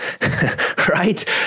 Right